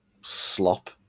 slop